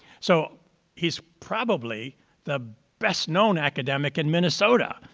so he's probably the best-known academic in minnesota,